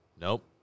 Nope